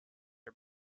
are